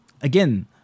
again